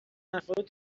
افراد